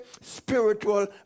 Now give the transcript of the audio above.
spiritual